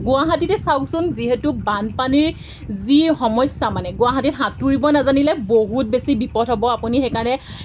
গুৱাহাটীতে চাওকচোন যিহেতু বানপানীৰ যি সমস্যা মানে গুৱাহাটীত সাঁতুৰিব নাজানিলে বহুত বেছি বিপদ হ'ব আপুনি সেইকাৰণে